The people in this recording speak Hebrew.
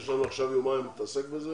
יש לנו עכשיו יומיים להתעסק בזה